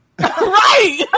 Right